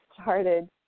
started